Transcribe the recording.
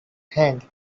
hand